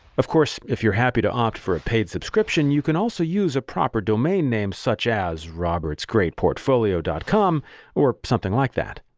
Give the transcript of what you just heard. of course, if you're happy to opt for a paid subscription you can also use a proper domain name such as robertsgreatportfolio dot com or something like that.